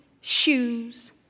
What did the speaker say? shoes